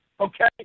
Okay